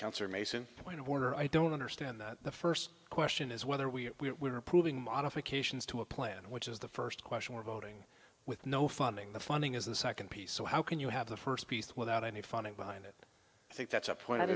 cancer mason when warner i don't understand that the first question is whether we are proving modifications to a plan which is the first question we're voting with no funding the funding is the second piece so how can you have the first piece without any funding behind it i think that's a point